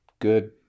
good